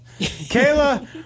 Kayla